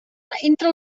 entre